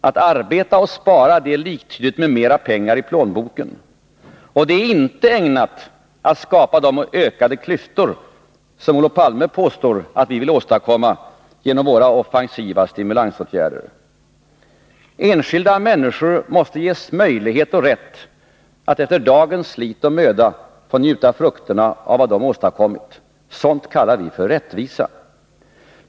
Att arbeta och spara är liktydigt med mera pengar i plånboken, och det är inte ägnat att skapa de ökade klyftor som Olof Palme påstår att vi vill åstadkomma genom våra offensiva stimulansåtgärder. Enskilda människor måste ges möjlighet och rätt att efter dagens slit och möda få njuta frukterna av vad de åstadkommit. Sådant kallar vi för rättvisa.